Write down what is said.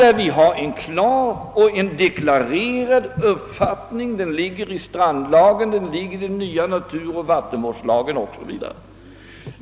Därvidlag har vi en klart deklarerad uppfattning. Denna uppfattning har kommit till uttryck i strandlagen och även i den nya naturoch vattenvårdslagen.